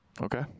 Okay